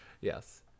Yes